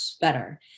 better